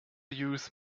youth